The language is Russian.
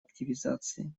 активизации